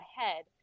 ahead